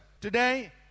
Today